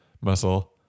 muscle